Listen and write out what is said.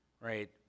Right